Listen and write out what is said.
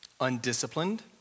undisciplined